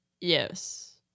Yes